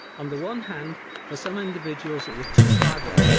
on the one hand for some individuals it was too private,